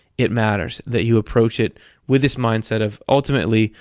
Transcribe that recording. it matters, that you approach it with this mindset of ultimately,